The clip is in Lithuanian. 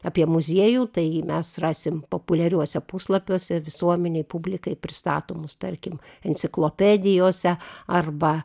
apie muziejų tai mes rasim populiariuose puslapiuose visuomenei publikai pristatomus tarkim enciklopedijose arba